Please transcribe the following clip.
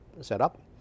setup